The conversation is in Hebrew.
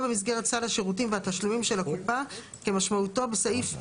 במסגרת סל השירותים והתשלומים של הקופה כמשמעותו בסעיף 8(א4)